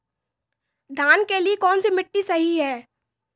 धान के लिए कौन सी मिट्टी सही है?